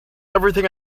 everything